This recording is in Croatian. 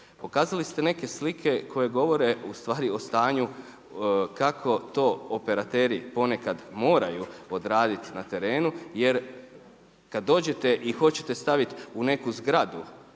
Pokazali ste neke slike koje govore o stanju kako to operateri ponekad moraju odraditi na terenu jer kada dođete i hoćete staviti u neku zgradu